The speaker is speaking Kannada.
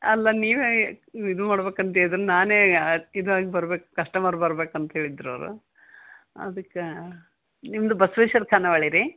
ಅಲ್ಲ ನೀವೇ ಇದು ಮಾಡ್ಬೇಕ್ ಅಂತ ಹೇಳಿದ್ರು ನಾನೇ ಇದಾಗಿ ಬರ್ಬೇಕು ಕಸ್ಟಮರ್ ಬರ್ಬೇಕು ಅಂತ ಹೇಳಿದರು ಅವರು ಅದಕ್ಕೆ ನಿಮ್ದು ಬಸ್ವೇಶ್ವರ ಖಾನಾವಳಿ ರೀ